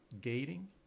gating